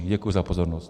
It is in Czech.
Děkuji za pozornost.